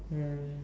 mm